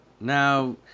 now